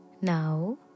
Now